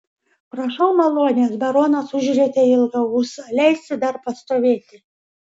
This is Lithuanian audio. prašau malonės baronas užrietė ilgą ūsą leisti dar pastovėti